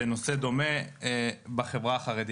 בנושא דומה בחברה החרדית.